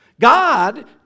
God